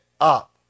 up